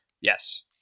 Yes